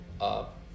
up